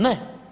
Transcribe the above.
Ne.